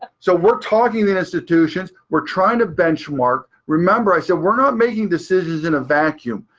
so we're talking to institutions, we're trying to benchmark. remember, i said we're not making decisions in a vacuum.